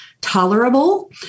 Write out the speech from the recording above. tolerable